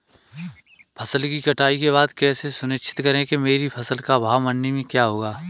फसल की कटाई के बाद कैसे सुनिश्चित करें कि मेरी फसल का भाव मंडी में क्या होगा?